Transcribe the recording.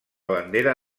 bandera